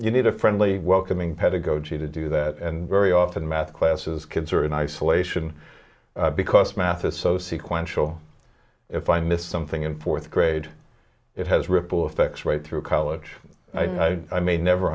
you need a friendly welcoming pedagogy to do that and very often math classes kids are in isolation because math is so sequence show if i miss something in fourth grade it has ripple effects right through college i may never